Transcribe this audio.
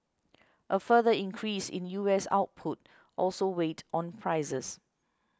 a further increase in U S output also weighed on prices